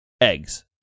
Eggs